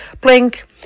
blink